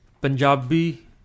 Punjabi